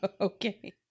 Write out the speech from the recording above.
Okay